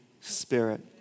Spirit